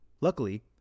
Luckily